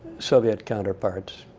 soviet counterparts.